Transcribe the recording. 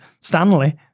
Stanley